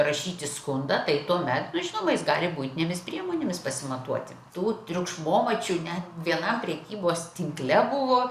rašyti skundą tai tuomet nu žinoma jis gali buitinėmis priemonėmis pasimatuoti tų triukšmomačių net vienam prekybos tinkle buvo